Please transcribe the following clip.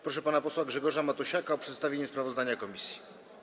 Proszę pana posła Grzegorza Matusiaka o przedstawienie sprawozdania komisji.